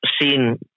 seen